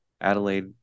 adelaide